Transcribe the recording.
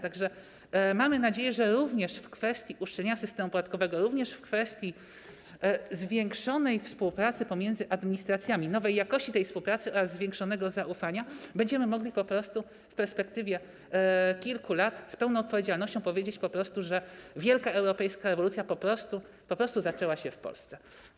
Tak że mamy nadzieję, że również w kwestii uszczelnienia systemu podatkowego, również w kwestii zwiększonej współpracy pomiędzy administracjami, nowej jakości tej współpracy oraz zwiększonego zaufania będziemy mogli w perspektywie kilku lat z pełną odpowiedzialnością powiedzieć, że wielka europejska rewolucja po prostu zaczęła się w Polsce.